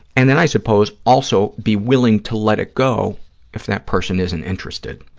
and then i suppose, also, be willing to let it go if that person isn't interested,